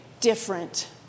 different